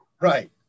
Right